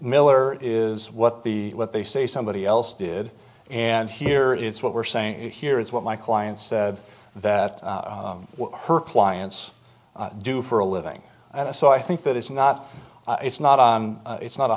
miller is what the what they say somebody else did and here is what we're saying here is what my client said that her clients do for a living and so i think that it's not it's not it's not